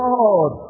God